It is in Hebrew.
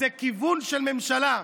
זה כיוון של ממשלה.